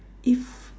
if